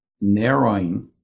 narrowing